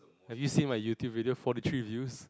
have you seen my YouTube video forty three views